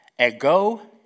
Ego